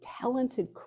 talented